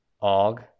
Og